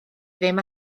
ddim